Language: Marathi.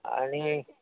आणि